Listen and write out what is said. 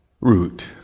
root